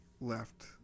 left